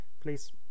please